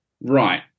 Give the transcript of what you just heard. right